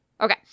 Okay